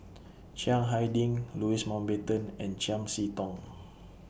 Chiang Hai Ding Louis Mountbatten and Chiam See Tong